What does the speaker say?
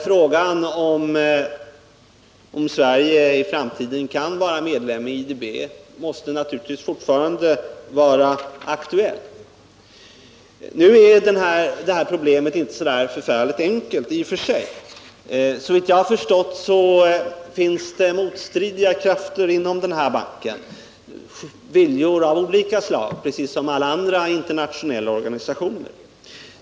Frågan om Sverige i framtiden kan vara medlem i IDB måste naturligtvis fortfarande vara aktuell. Det här är i och för sig inte ett enkelt problem. Såvitt jag har förstått finns det motstridiga krafter inom den här banken -— viljeyttringar i olika riktningar precis som inom alla andra internationella organisationer.